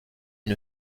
une